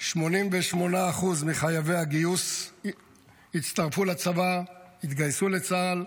88% מחייבי הגיוס הצטרפו לצבא, התגייסו לצה"ל,